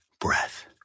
breath